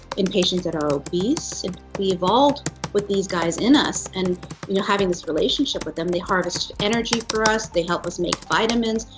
in patients that are obese. we and evolved with these guys in us, and you know having this relationship with them, they harvest energy for us, they help us make vitamins,